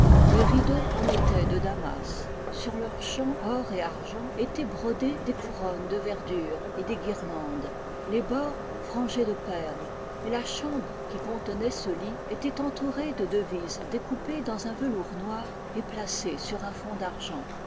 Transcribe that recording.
les rideaux en étaient de damas sur leur champ or et argent étaient brodées des couronnes de verdure et des guirlandes les bords frangés de perles et la chambre qui contenait ce lit était entourée de devises découpées dans un velours noir et placées sur un fond d'argent